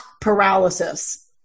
paralysis